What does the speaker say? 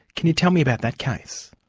can you tell me about that case?